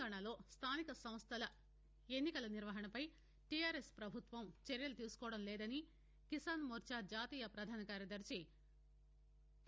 తెలంగాణలో స్థానిక సంస్థల ఎన్నికల నిర్వహణపై టీఆర్ఎస్ ప్రభుత్వం చర్యలు తీసుకోవడం లేదని కిసాన్ మోర్చా జాతీయ పధాన కార్యదర్శి పి